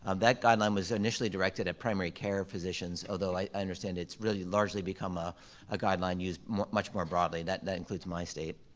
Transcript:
um that guideline was initially directed at primary care physicians, although i understand it's really largely become a ah guideline used much more broadly, that that my state.